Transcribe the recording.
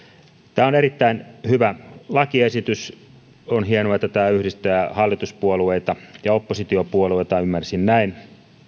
tämä on erittäin hyvä lakiesitys on hienoa että tämä yhdistää hallituspuolueita ja oppositiopuolueita ymmärsin näin